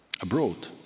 abroad